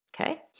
Okay